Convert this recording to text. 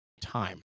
time